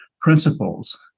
principles